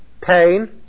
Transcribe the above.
Pain